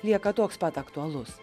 lieka toks pat aktualus